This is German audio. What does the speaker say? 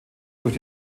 durch